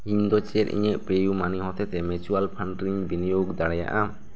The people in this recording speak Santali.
ᱤᱧ ᱫᱚ ᱤᱧᱟᱹᱜ ᱯᱮ ᱤᱭᱩ ᱢᱟ ᱱᱤ ᱦᱛᱮᱛᱮ ᱢᱤᱪᱩᱣᱟᱞ ᱯᱷᱟᱱᱰ ᱨᱮᱧ ᱵᱤᱱᱤᱭᱳᱜᱽ ᱫᱟᱲᱮᱭᱟᱜᱼᱟ